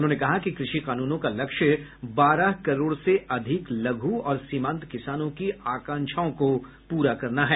उन्होंने कहा कि कृषि कानूनों का लक्ष्य बारह करोड़ से अधिक लघ् और सीमांत किसानों की आकांक्षाओं को पूरा करना है